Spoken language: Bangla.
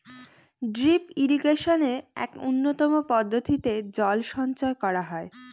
ড্রিপ ইরিগেশনে এক উন্নতম পদ্ধতিতে জল সঞ্চয় করা হয়